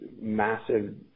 massive